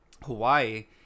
Hawaii